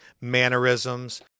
mannerisms